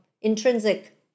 intrinsic